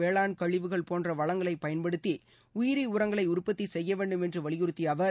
வேளாண் கழிவுகள் போன்ற வளங்களை பயன்படுத்தி உயிரி உரங்களை உற்பத்தி செய்ய வேண்டும் என்று வலியுறுத்திய அவர்